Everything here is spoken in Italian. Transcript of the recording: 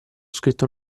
scritto